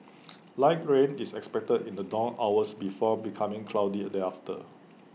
light rain is expected in the dawn hours before becoming cloudy thereafter